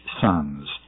sons